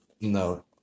No